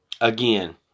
Again